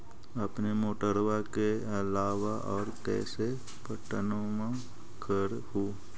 अपने मोटरबा के अलाबा और कैसे पट्टनमा कर हू?